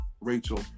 Rachel